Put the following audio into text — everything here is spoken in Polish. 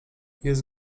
jest